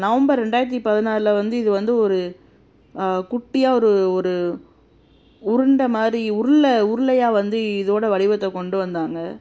November ரெண்டாயிரத்துப் பதினாறில் வந்து இது வந்து ஒரு குட்டியாக ஒரு ஒரு உருண்டை மாதிரி உருளை உருளையாக வந்து இதோடய வடிவத்தை கொண்டு வந்தாங்க